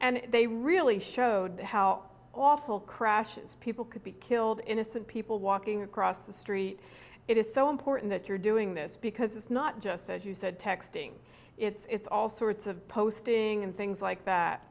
and they really showed how awful crashes people could be killed innocent people walking across the street it is so important that you're doing this because it's not just as you said texting it's all sorts of posting and things like that